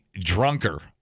drunker